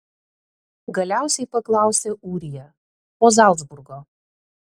galiausiai paklausė ūrija po zalcburgo